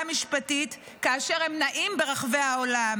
משפטית כאשר הם נעים ברחבי העולם.